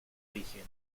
diciembre